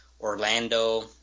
Orlando